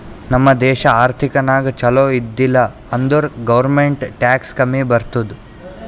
ನಮ್ ದೇಶ ಆರ್ಥಿಕ ನಾಗ್ ಛಲೋ ಇದ್ದಿಲ ಅಂದುರ್ ಗೌರ್ಮೆಂಟ್ಗ್ ಟ್ಯಾಕ್ಸ್ ಕಮ್ಮಿ ಬರ್ತುದ್